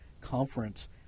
conference